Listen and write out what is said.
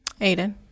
Aiden